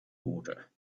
water